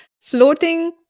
Floating